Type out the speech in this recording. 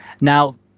Now